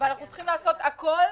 ואנחנו צריכים לעשות הכול